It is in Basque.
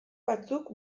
batzuk